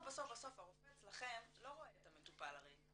בסוף הרופא אצלכם לא רואה את המטופל הרי,